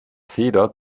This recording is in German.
feder